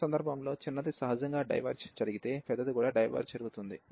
ఆ సందర్భంలో చిన్నది సహజంగా డైవెర్జ్ జరిగితే పెద్దది కూడా డైవెర్జ్ జరుగుతుంది